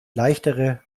leichtere